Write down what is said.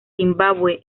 zimbabue